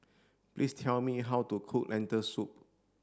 please tell me how to cook Lentil soup